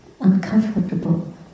uncomfortable